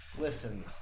Listen